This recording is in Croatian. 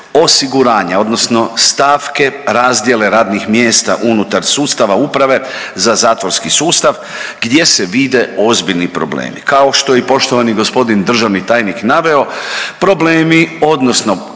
osiguranja odnosno stavke razdjele radnih mjesta unutar sustava Uprave za zatvorski sustav gdje se vide ozbiljni problemi. Kao što je i poštovani gospodin državni tajnik naveo problemi odnosno